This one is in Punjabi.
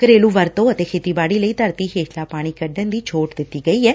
ਘਰੇਲੁ ਵਰਤੋਂ ਅਤੇ ਖੇਤੀਬਾਤੀ ਲਈ ਧਰਤੀ ਹੇਠਲਾ ਪਾਣੀ ਕੱਢਣ ਦੀ ਛੋਟ ਦਿੱਤੀ ਗਈ ਐ